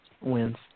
wins